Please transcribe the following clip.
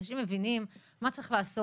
אם היא מיובאת, יש מציאות לעשות